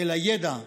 אל הידע,